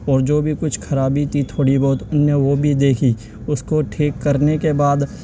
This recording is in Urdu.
اور جو بھی کچھ خرابی تھی تھوڑی بہت ان نے وہ بھی دیکھی اس کو ٹھیک کرنے کے بعد